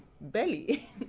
belly